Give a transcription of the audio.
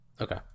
okay